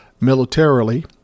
militarily